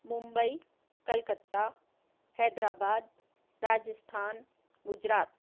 Mumbai Kolkata Hyderabad Rajasthan Gujarat